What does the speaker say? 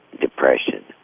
depression